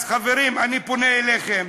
אז, חברים, אני פונה אליכם,